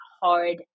hard